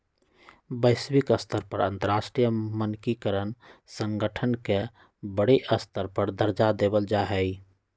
वैश्विक स्तर पर अंतरराष्ट्रीय मानकीकरण संगठन के बडे स्तर पर दर्जा देवल जा हई